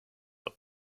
are